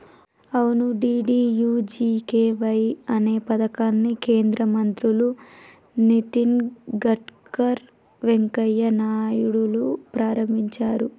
అవును డి.డి.యు.జి.కే.వై అనే పథకాన్ని కేంద్ర మంత్రులు నితిన్ గడ్కర్ వెంకయ్య నాయుడులు ప్రారంభించారు